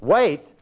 Wait